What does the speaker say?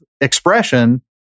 expression